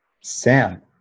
Sam